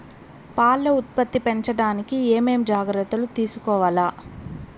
పాల ఉత్పత్తి పెంచడానికి ఏమేం జాగ్రత్తలు తీసుకోవల్ల?